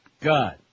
God